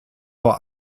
vor